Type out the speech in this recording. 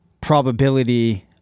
probability